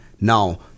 Now